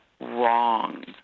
wrong